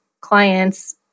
clients